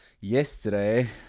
yesterday